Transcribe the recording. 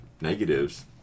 negatives